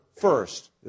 first